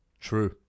true